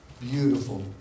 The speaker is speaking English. beautiful